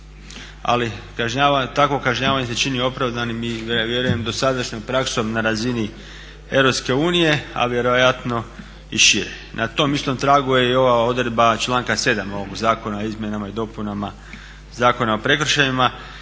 Ali takvo kažnjavanje se čini opravdanim i ja vjerujem dosadašnjom praksom na razini EU a vjerojatno i šire. Na tom isto tragu je i ova odredba članka 7.ovog Zakona o izmjenama i dopunama Zakona o prekršajima